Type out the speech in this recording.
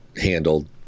handled